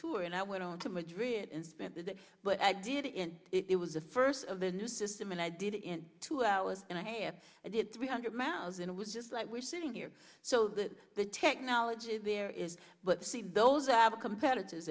tour and i went on to madrid and spent the day but i did it and it was the first of the new system and i did it in two hours and a half i did three hundred miles and it was just like we're sitting here so that the technology there is but the same those are the competitors